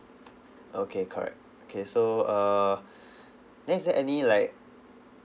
okay correct okay so err then is there any like